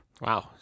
Wow